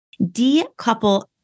decouple